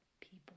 people